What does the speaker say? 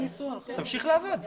תמשיך לעבוד,